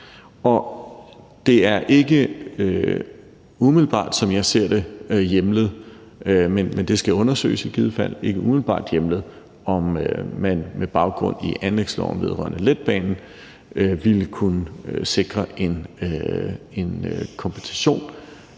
Det er ikke, som jeg ser det, umiddelbart hjemlet – men det skal undersøges i givet fald – om man med baggrund i anlægsloven vedrørende letbanen ville kunne sikre en kompensation.